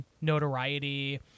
notoriety